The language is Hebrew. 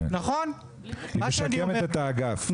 היא משקמת את האגף.